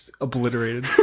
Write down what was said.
obliterated